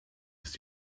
ist